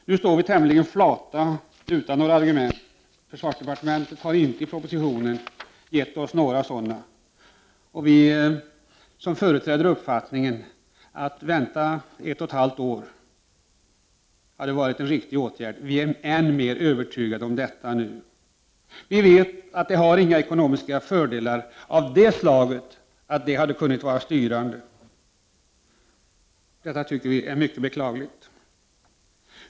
Nu står vi tämligen flata, utan några argument. Försvarsdepartementet har inte i propositionen gett oss några sådana. Vi som företräder uppfattningen att det hade varit en riktig åtgärd att vänta ett och ett halvt år är nu än mer övertygade. Vi vet att detta beslut inte innebär några ekonomiska fördelar av det slaget att de hade kunnat vara styrande. Vi tycker att detta är mycket beklagligt.